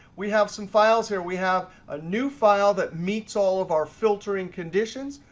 we have some files here. we have a new file that meets all of our filtering conditions.